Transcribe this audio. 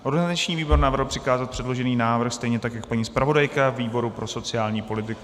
Organizační výbor navrhl přikázat předložený návrh stejně jako paní zpravodajka výboru pro sociální politiku.